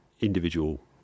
individual